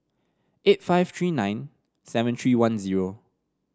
eight five three nine seven three one zero